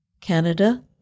Canada